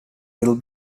will